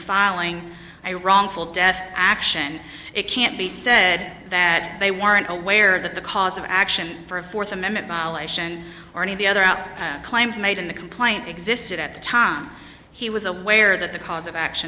filing a wrongful death action it can't be said that they weren't aware that the cause of action for a fourth amendment violation or any of the other out claims made in the complaint existed at the time he was aware that the cause of action